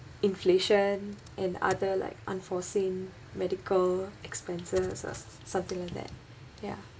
inflation and other like unforeseen medical expenses or something like that ya